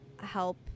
help